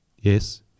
yes